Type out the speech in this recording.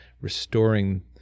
restoring